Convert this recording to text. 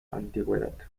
antigüedad